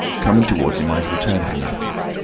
coming towards him on his return from that place.